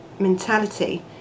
mentality